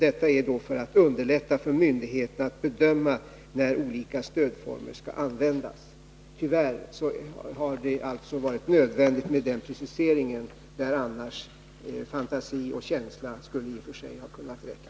Detta har vi gjort för att underlätta för myndigheten att bedöma när olika stödformer skall användas. Tyvärr har det alltså varit nödvändigt med den preciseringen i fall där fantasi och känsla annars skulle ha kunnat räcka.